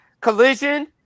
Collision